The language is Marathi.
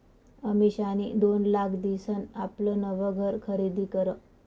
अमिषानी दोन लाख दिसन आपलं नवं घर खरीदी करं